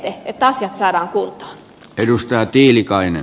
että asia saadaan uutta edustaa tiilikainen